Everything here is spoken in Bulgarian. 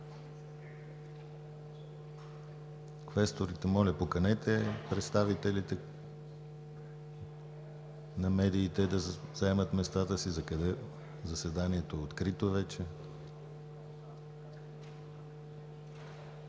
Квесторите, моля, поканете представителите на медиите да заемат местата си, заседанието вече е открито.